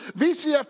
VCF